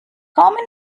common